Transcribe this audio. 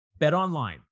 BetOnline